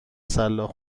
سلاخ